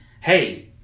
hey